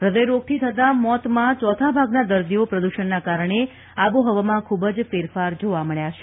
હૃદયરોગથી થતા મોતમાં ચોથા ભાગના દર્દીઓ પ્રદ્રષણના કારણે આબોહવામાં ખૂબ જ ફેરફાર જોવા મળ્યા છે